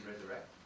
resurrect